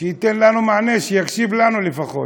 שייתן לנו מענה, שיקשיב לנו לפחות.